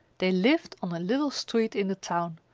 they lived on a little street in the town,